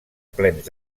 plens